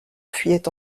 fuyaient